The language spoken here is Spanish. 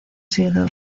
sido